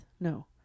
no